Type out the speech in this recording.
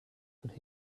could